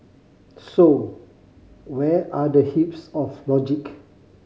so where are the heaps of logic